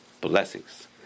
blessings